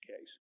case